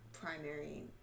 primary